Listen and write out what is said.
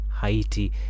Haiti